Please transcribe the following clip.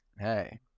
hey